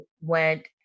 went